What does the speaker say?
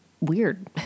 Weird